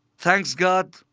thanks god,